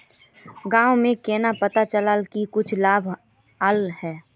गाँव में केना पता चलता की कुछ लाभ आल है?